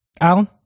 Alan